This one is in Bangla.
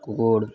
কুকুর